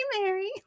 Mary